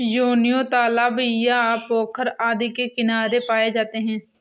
योनियों तालाब या पोखर आदि के किनारे पाए जाते हैं